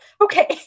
Okay